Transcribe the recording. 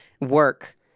work